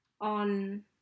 on